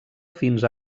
fins